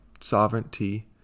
sovereignty